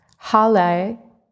hale